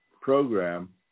program